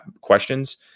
questions